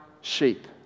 sheep